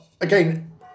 again